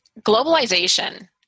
Globalization